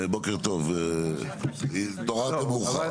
בוקר טוב, התעוררת מאוחר.